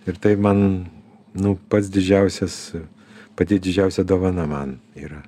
ir tai man nu pats didžiausias pati didžiausia dovana man yra